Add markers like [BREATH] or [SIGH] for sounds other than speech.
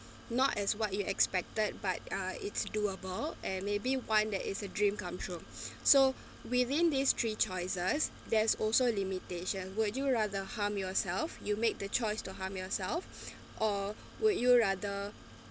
not as what you expected but uh it's doable and maybe one that is a dream come true [BREATH] so within these three choices there's also limitation would you rather harm yourself you make the choice to harm yourself [BREATH] or would you rather